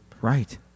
Right